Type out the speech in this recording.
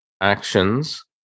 actions